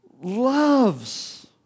loves